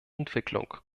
entwicklung